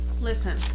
listen